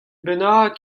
bennak